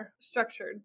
structured